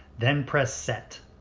then press set.